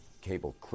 cable